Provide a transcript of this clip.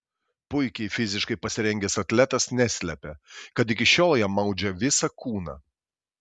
puikiai fiziškai pasirengęs atletas neslepia kad iki šiol jam maudžia visą kūną